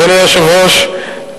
אדוני היושב-ראש,